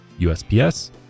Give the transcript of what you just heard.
USPS